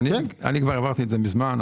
ואני העברתי את זה כבר מזמן.